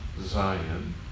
Zion